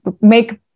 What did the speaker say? make